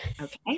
okay